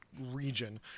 region